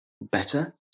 better